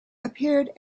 appeared